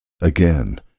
Again